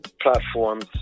platforms